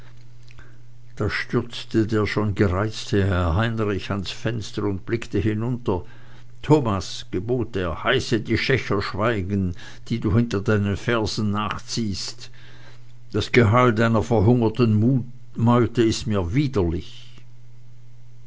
da stürzte der schon gereizte herr heinrich ans fenster und blickte hinunter thomas gebot er heiße die schächer schweigen die du hinter deinen fersen nachziehst das geheul deiner verhungerten meute ist mir widerlich